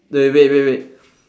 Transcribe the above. the wait wait wait